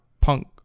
punk